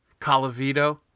Calavito